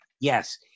Yes